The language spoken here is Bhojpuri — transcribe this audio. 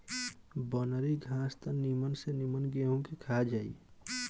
बनरी घास त निमन से निमन गेंहू के खा जाई